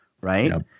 right